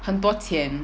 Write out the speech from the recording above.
很多钱